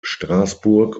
straßburg